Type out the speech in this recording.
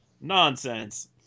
Nonsense